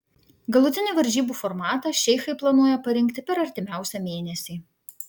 galutinį varžybų formatą šeichai planuoja parinkti per artimiausią mėnesį